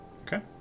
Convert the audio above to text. okay